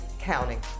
counting